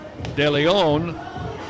DeLeon